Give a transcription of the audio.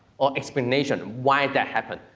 or explanation. why that happened.